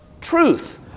truth